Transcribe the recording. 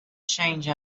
change